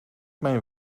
mijn